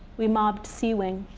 we mobbed c wing.